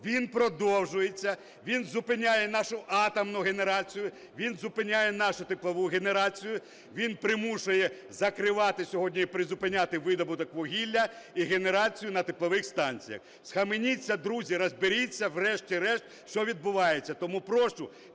він продовжується, він зупиняє нашу атомну генерацію, він зупиняє нашу теплову генерацію, він примушує закривати сьогодні і призупиняти видобуток вугілля і генерацію на теплових станціях. Схаменіться, друзі, розберіться врешті-решт, що відбувається! Тому прошу